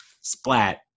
splat